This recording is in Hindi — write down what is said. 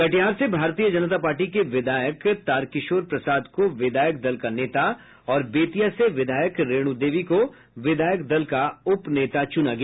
कटिहार से भारतीय जनता पार्टी के विधायक तार किशोर प्रसाद को विधायक दल का नेता और बेतिया से विधायक रेणु देवी को विधायक दल का उप नेता चुना गया